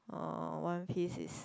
um one piece is